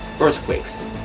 earthquakes